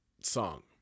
song